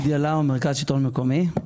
אני ממרכז השלטון המקומי.